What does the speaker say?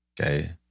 Okay